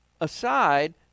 aside